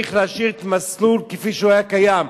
צריך להשאיר את המסלול כפי שהוא היה קיים.